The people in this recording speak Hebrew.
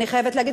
אני חייבת להגיד,